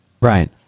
Right